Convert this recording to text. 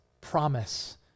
promise